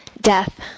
death